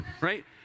Right